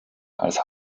als